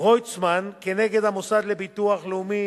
גוירצמן כנגד המוסד לביטוח לאומי,